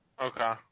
Okay